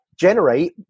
generate